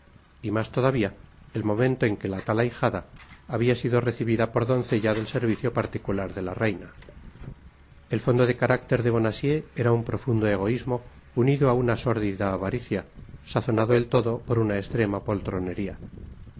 y mas todavía el momento en que la tal ahijada habia sido recibida por doncella del sen icio particular de la reina el fondo de carácter de bonacieux era un profundo egoísmo unido á una sórdida avaricia sazonado el todo por una estrema poltronería